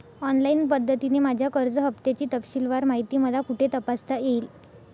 Online पद्धतीने माझ्या कर्ज हफ्त्याची तपशीलवार माहिती मला कुठे तपासता येईल?